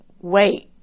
Wait